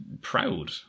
proud